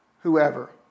whoever